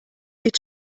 sieht